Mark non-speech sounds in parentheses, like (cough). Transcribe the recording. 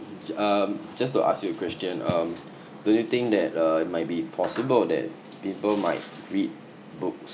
um just to ask you a question um (breath) do you think that uh it might be possible that people might read books